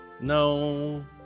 No